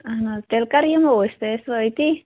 اَہَن حظ تیٚلہِ کَر یِمو أسۍ تُہۍ ٲسۍوا أتی